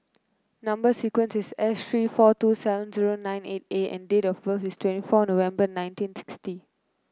number sequence is S three four two seven zero nine eight A and date of birth is twenty four November nineteen sixty